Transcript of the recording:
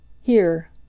Here